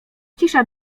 cisza